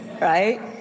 right